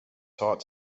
taught